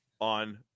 on